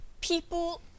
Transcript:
people